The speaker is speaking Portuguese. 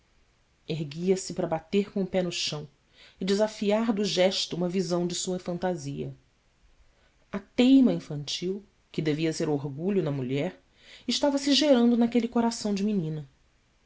túrgido erguia-se para bater com o pé no chão e desafiar do gesto uma visão de sua fantasia a teima infantil que devia ser orgulho na mulher estava-se gerando naquele coração de menina